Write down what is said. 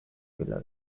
pillar